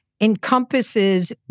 encompasses